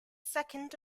second